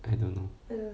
I don't know